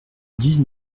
dix